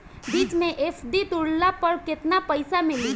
बीच मे एफ.डी तुड़ला पर केतना पईसा मिली?